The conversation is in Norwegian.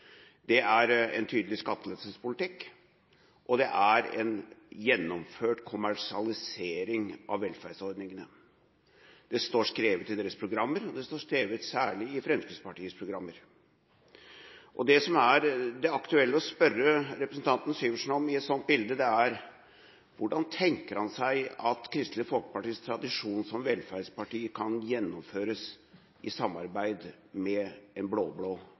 Det er en tydelig skattelettepolitikk, og det er en gjennomført kommersialisering av velferdsordningene. Det står skrevet i deres programmer, og det står skrevet særlig i Fremskrittspartiets programmer. Det som det er aktuelt å spørre representanten Syversen om i et slikt bilde, er: Hvordan tenker han seg at Kristelig Folkepartis tradisjon som velferdsparti kan gjennomføres i samarbeid med